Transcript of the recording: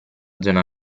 zona